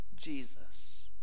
Jesus